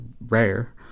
rare